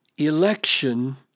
Election